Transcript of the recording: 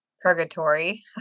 purgatory